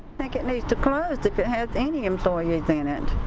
like it needs to close if it had any employees in it.